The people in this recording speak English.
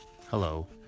Hello